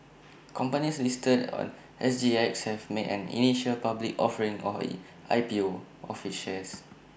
companies listed on S G X have made an initial public offering or I P O of its shares